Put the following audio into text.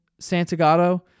Santagato